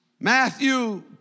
Matthew